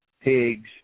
pigs